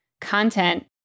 content